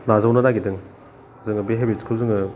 नाजावनो नागिरदों जोङो बे हेबिट्सखौ जोङो